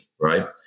right